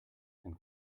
and